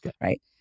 right